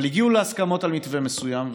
אבל הגיעו להסכמות על מתווה מסוים,